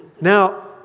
Now